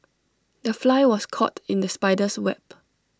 the fly was caught in the spider's web